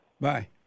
Bye